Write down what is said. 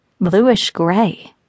Bluish-gray